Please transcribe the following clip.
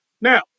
Now